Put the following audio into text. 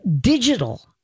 digital